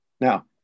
Now